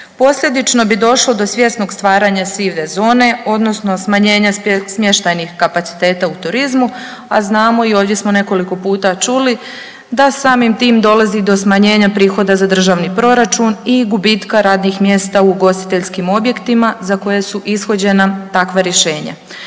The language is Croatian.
Posljedično bi došlo do svjesnog stvaranja sive zone odnosno smanjenja smještajnih kapaciteta u turizmu, a znamo i ovdje smo nekoliko puta čuli da samim tim dolazi do smanjenja prihoda za državni proračun i gubitka radnih mjesta u ugostiteljskim objektima za koje su ishođena takva rješenja.